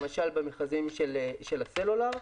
למשל במכרזים של הסלולר.